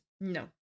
No